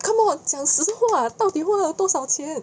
跟我讲实话到底会用多少钱